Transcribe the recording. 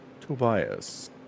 Tobias